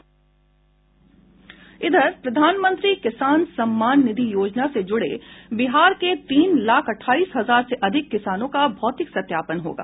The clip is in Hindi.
प्रधानमंत्री किसान सम्मान निधि योजना से जुड़े बिहार के तीन लाख अट्ठाईस हजार से अधिक किसानों का भौतिक सत्यापन होगा